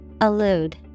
Allude